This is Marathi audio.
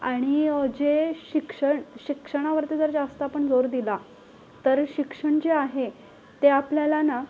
आणि जे शिक्षण शिक्षणावरती जर जास्त आपण जोर दिला तर शिक्षण जे आहे ते आपल्याला ना